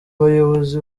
bayobozi